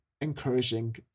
encouraging